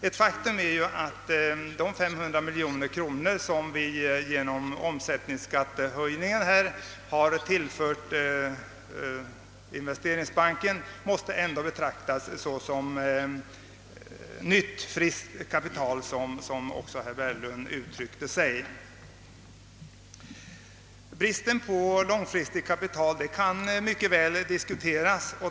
Ett faktum är att de 500 miljoner kronor som vi genom höjning av omsättningsskatten tillfört investeringsbanken ändå måste betraktas som nytt, friskt kapital, vilket också herr Berglund gav uttryck för. Bristen på långfristigt kapital kan mycket väl diskuteras.